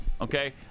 okay